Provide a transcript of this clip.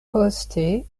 poste